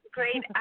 Great